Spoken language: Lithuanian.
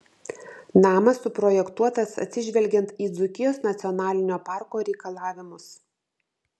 namas suprojektuotas atsižvelgiant į dzūkijos nacionalinio parko reikalavimus